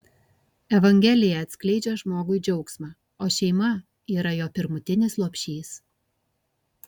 evangelija atskleidžia žmogui džiaugsmą o šeima yra jo pirmutinis lopšys